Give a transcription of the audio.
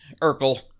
Urkel